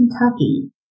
Kentucky